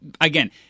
again